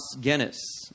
Guinness